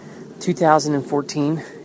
2014